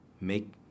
make